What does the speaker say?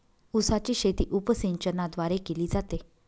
उसाची शेती उपसिंचनाद्वारे केली जाते